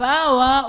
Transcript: Power